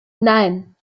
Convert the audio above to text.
nein